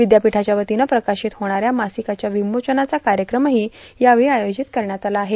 विद्यापीठाच्या वतीनं प्रकाशित होणाऱ्या मासिकाच्या विमोचनाचा कार्यक्रमही यावेळी आयोजित करण्यात आला आहे